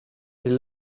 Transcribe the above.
est